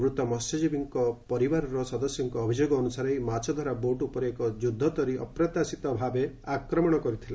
ମୃତ ମହ୍ୟଜୀବୀଙ୍କ ପରିବାରର ସଦସ୍ୟଙ୍କ ଅଭିଯୋଗ ଅନୁସାରେ ଏହି ମାଛଧରା ବୋଟ୍ ଉପରେ ଏକ ଯୁଦ୍ଧତରି ଅପ୍ରତ୍ୟାସିତ ଭାବେ ଆକ୍ରମଣ କରିଥିଲା